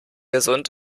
gesund